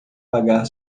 pagar